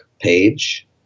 page